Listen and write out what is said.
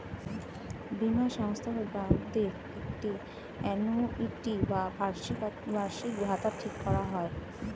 বীমা সংস্থাগুলোর সাথে গ্রাহকদের একটি আ্যানুইটি বা বার্ষিকভাতা ঠিক করা হয়